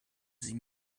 sie